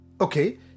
okay